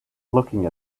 looking